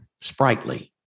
sprightly